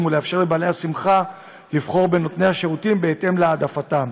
ולאפשר לבעלי השמחה לבחור בין נותני השירותים בהתאם להעדפתם,